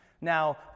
Now